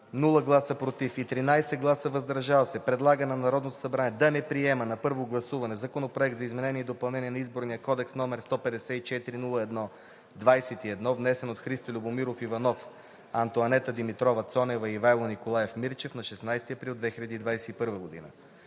без „против“ и 13 гласа „въздържал се“ предлага на Народното събрание да не приеме на първо гласуване Законопроект за изменение и допълнение на Изборния кодекс, № 154-01-21, внесен от Христо Любомиров Иванов, Антоанета Димитрова Цонева и Ивайло Николаев Мирчев на 16 април 2021 г.;